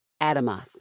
Adamoth